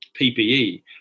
PPE